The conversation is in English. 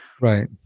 Right